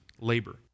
labor